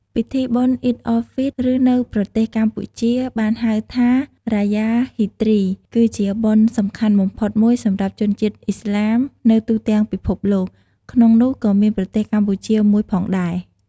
ពិធីបុណ្យ អ៊ីឌអ៊ុលហ្វីត ឬ នៅប្រទេសកម្ពុជាបានហៅថា រ៉ាយ៉ា ហ្វីទ្រី គឺជាបុណ្យសំខាន់បំផុតមួយសម្រាប់ជនជាតិឥស្លាមនៅទូទាំងពិភពលោក ក្នុងនោះក៏មានប្រទេសកម្ពុជាមួយផងដែរ។